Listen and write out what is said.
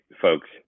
folks